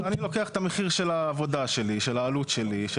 אני לוקח את המחיר של העבודה שלי, של העלות שלי.